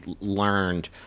learned